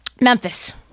Memphis